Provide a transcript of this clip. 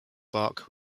bark